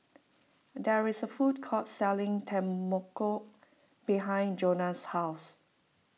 there is a food court selling Tempoyak behind Jonah's house